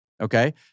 Okay